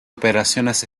operaciones